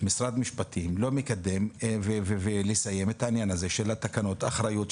משרד המשפטים לא מקדם ומסיים את העניין של תקנות האחריות,